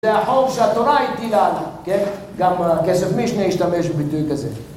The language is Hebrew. זה החוב שהתורה הטילה, כן? גם הכסף משנה ישתמש בביטוי כזה.